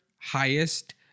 highest